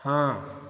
ହଁ